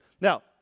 Now